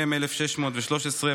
מ/1613.